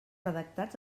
redactats